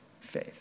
faith